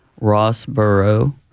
Rossboro